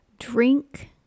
Drink